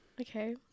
Okay